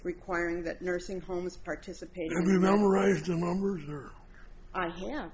requiring that nursing homes participate